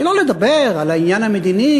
שלא לדבר על העניין המדיני,